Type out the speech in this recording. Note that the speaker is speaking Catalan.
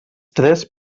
tres